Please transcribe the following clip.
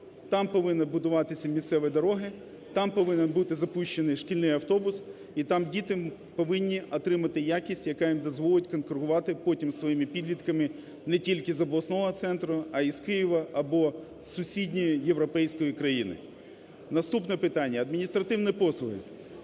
там повинні будуватися місцеві дороги, там повинен бути запущений шкільний автобус і там діти повинні отримати якість, яка їм дозволить конкурувати потім зі своїми підлітками не тільки з обласного центру, а і з Києва або з сусідньої європейської країни. Наступне питання. Адміністративні послуги.